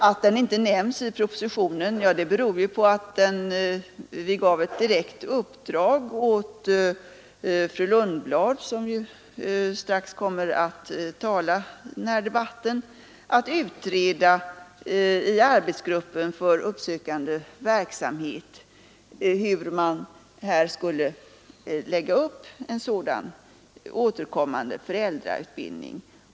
Att den frågan inte har nämnts i propositionen beror på att vi gav ett direkt uppdrag åt fru Lundblad — som strax kommer att tala i denna debatt — att i arbetsgruppen för uppsökande verksamhet utreda hur man skall lägga upp en återkommande föräldrautbildning.